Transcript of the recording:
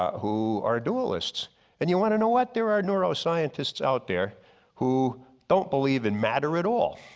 who are duelists and you wanna know what? there are neuro scientists out there who don't believe in matter at all.